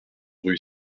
rue